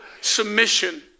submission